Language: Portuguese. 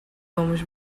vamos